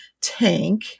tank